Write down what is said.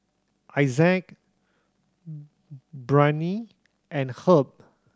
Isaac Brianne and Herb